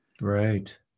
Right